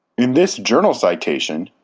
in this journal citation,